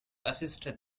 assist